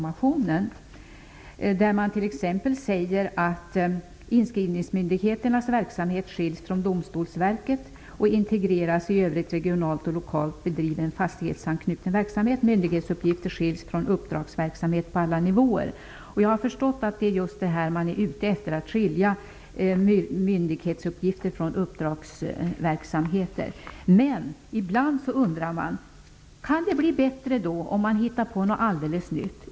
Man säger t.ex. att inskrivningsmyndigheternas verksamhet skiljs från Domstolsverket och integreras i övrig lokalt och regionalt bedriven fastighetsanknuten verksamhet och att myndighetsuppgifter skiljs från uppdragsverksamhet på alla nivåer. Jag har förstått att man just är ute efter att skilja myndighetsuppgifter från uppdragsverksamheter. Ibland undrar man: Kan det bli bättre med någonting alldeles nytt?